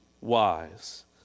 wise